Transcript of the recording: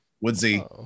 woodsy